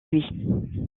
louis